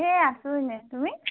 এই আছোঁ এনেই তুমি